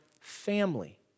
family